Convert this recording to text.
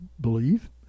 believe